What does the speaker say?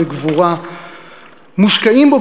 בגבורה מושקעים בו,